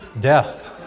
death